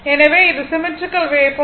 எனவே இது symmetrical waveform